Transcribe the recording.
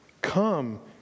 come